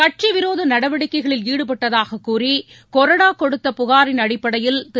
கட்சி விரோத நடவடிக்கைகளில் ஈடுபட்டதாக கூறி கொறடா கொடுத்த புகாரின் அடிப்படையில் திரு